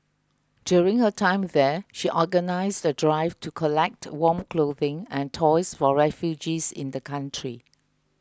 during her time there she organized the drive to collect warm clothing and toys for refugees in the country